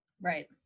Right